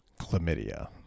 chlamydia